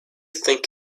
think